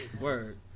Word